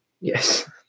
yes